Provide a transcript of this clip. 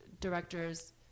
directors